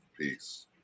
Peace